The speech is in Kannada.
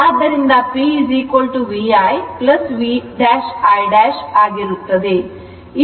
ಆದ್ದರಿಂದ P VI V'I' ಆಗಿರುತ್ತದೆ